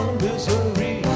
misery